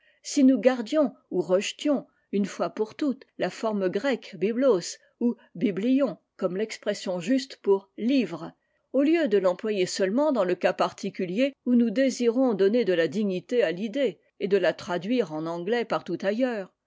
si nous gardions ou rejetions une fois pour toutes la forme grecque biblos ou biblion comme l'expression juste pour livre au lieu de l'employer seulement dans le cas particulier où nous désirons donner de la dignité à l'idée et de la traduire en anglais partout ailleurs